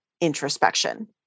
introspection